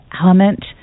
element